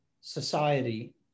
society